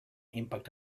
impact